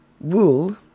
wool